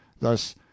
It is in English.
Thus